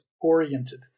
oriented